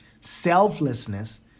selflessness